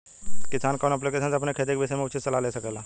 किसान कवन ऐप्लिकेशन से अपने खेती के विषय मे उचित सलाह ले सकेला?